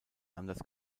anders